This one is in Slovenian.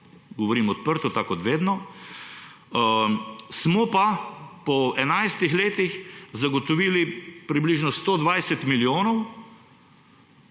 govorim odprto tako kot vedno, smo pa po enajstih letih zagotovili približno 120 milijonov,